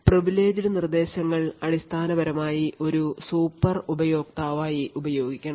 privileged നിർദ്ദേശങ്ങൾ അടിസ്ഥാനപരമായി ഒരു സൂപ്പർ ഉപയോക്താവായി ഉപയോഗിക്കണം